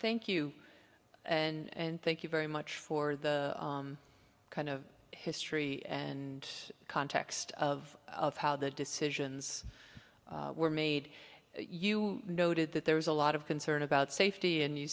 thank you and thank you very much for the kind of history and context of how the decisions were made you noted that there was a lot of concern about safety and you